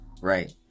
Right